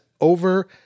over